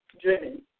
driven